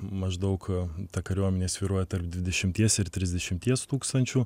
maždaug ta kariuomenė svyruoja tarp dvidešimties ir trisdešimties tūkstančių